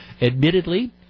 Admittedly